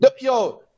Yo